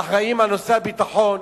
שאחראיות על נושא הביטחון,